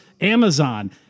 Amazon